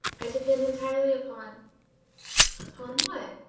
i depend entirely upon upon what?